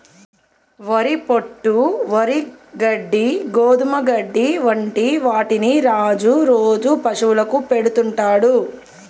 వరి పొట్టు, వరి గడ్డి, గోధుమ గడ్డి వంటి వాటిని రాజు రోజు పశువులకు పెడుతుంటాడు